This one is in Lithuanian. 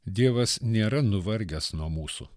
dievas nėra nuvargęs nuo mūsų